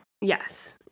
Yes